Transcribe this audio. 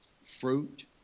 Fruit